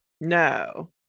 No